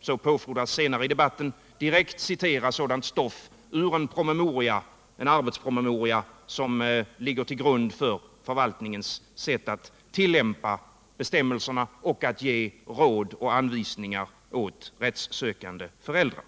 så påfordras senare i debatten direkt citera sådant stoff ur en arbetspromemoria som ligger till grund för förvaltningens tillämpning av bestämmelserna och råd och anvisningar åt rättssökande föräldrar.